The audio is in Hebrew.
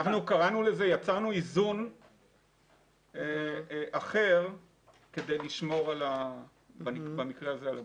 יצרנו איזון אחר כדי לשמור במקרה הזה על הבריאות.